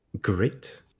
Great